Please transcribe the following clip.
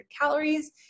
calories